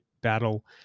battle